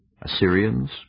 Assyrians